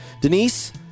Denise